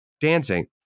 dancing